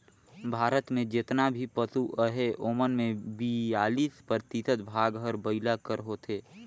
भारत में जेतना भी पसु अहें ओमन में बियालीस परतिसत भाग हर बइला कर होथे